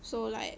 so like